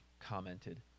commented